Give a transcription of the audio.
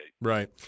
right